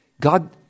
God